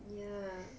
ya